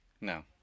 No